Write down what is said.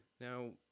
Now